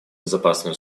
безопасные